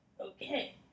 Okay